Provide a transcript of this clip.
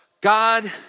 God